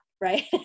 right